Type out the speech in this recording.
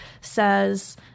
says